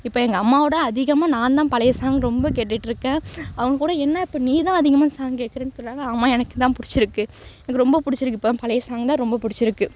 இப்போ அம்மாவிட அதிகமாக நான் தான் பழையை சாங் ரொம்ப கேட்டுட்ருக்கேன் அவங்ககூட என்ன இப்போ நீ தான் அதிகமாக சாங் கேட்குறேனு சொல்லுறாங்க ஆமாம் எனக்கு இதான் பிடிச்சிருக்கு எனக்கு ரொம்ப பிடிச்சிருக்கு இப்போ பழையை சாங் தான் ரொம்ப பிடிச்சிருக்கு